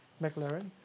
McLaren